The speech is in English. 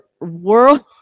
World